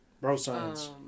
Bro-science